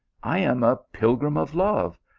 i am a pilgrim of love,